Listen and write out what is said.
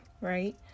right